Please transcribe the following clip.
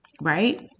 right